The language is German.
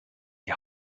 die